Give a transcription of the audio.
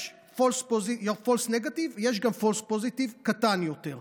יש false negative, יש ה-false positive קטן יותר.